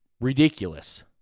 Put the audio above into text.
ridiculous